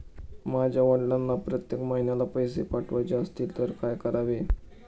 माझ्या वडिलांना प्रत्येक महिन्याला पैसे पाठवायचे असतील तर काय करावे?